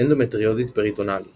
אנדומטריוזיס פריטונאלי